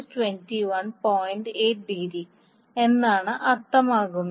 8 ° എന്നാണ് അർത്ഥമാക്കുന്നത്